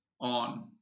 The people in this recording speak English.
on